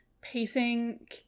pacing